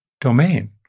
domain